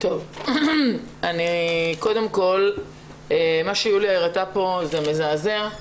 מה שיוליה הראתה כאן, זה מזעזע.